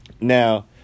Now